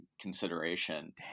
consideration